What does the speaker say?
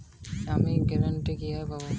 আমি গোল্ডলোন কিভাবে পাব?